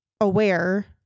aware